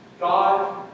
God